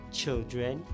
children